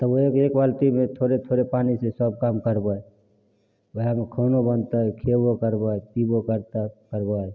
तब ओहे एक बाल्टी पानिमे थोड़े थोड़े पानिसँ सब काम करबय वएहेमे खानो बनतै खेबो करबै पीबो करतै करबै